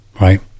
right